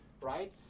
right